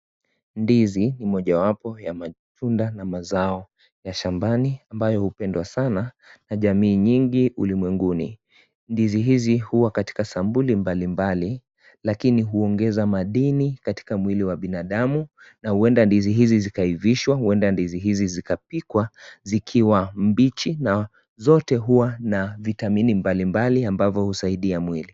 Ndizi ni mojawapo ya matunda na mazao ya shambani ambayo hupendwa sana na jamii nyingi ulimwenguni. Ndizi hizi huwa katika sampuli mbalimbali lakini huongeza madini katika mwili wa binadamu na huenda ndizi hizi zikaivishwa, huenda ndizi hizi zikapikwa zikiwa mbichi na zote huwa na vitamin mbalimbali ambavyo husaidia mwili.